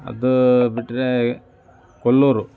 ಅದು ಬಿಟ್ರೆ ಕೊಲ್ಲೂರು